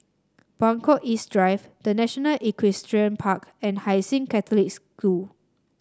Buangkok East Drive The National Equestrian Park and Hai Sing Catholic School